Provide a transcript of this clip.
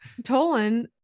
tolan